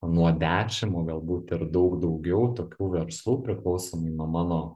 nuo dešim o galbūt ir daug daugiau tokių verslų priklausomai nuo mano